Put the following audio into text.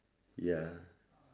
ya